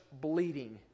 bleeding